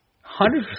hundred